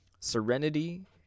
serenity